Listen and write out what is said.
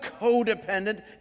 codependent